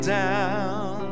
down